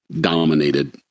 dominated